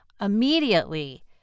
immediately